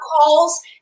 calls